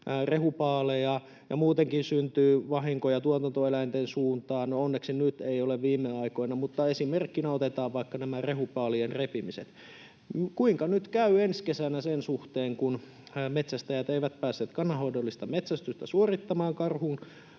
rehupaaleja ja muutenkin syntyy vahinkoja tuotantoeläinten suuntaan — no, onneksi nyt ei ole viime aikoina, mutta esimerkkinä otetaan vaikka nämä rehupaalien repimiset. Kuinka nyt käy ensi kesänä sen suhteen, kun metsästäjät eivät päässeet kannanhoidollista metsästystä suorittamaan karhujen